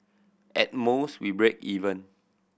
at most we break even